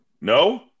No